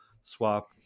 swap